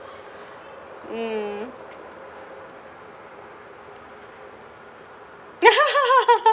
mm